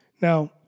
Now